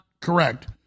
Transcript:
correct